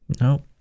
No